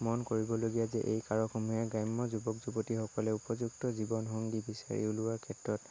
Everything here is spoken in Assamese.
মন কৰিব লগীয়া যে এই কাৰকসমূহে গ্ৰাম্য যুৱক যুৱতীসকলে উপযুক্ত জীৱনসংগী বিচাৰি উলিওৱাৰ ক্ষেত্ৰত